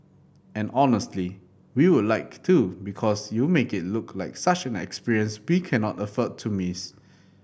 and honestly we would like to because you make it look like such an experience we cannot afford to miss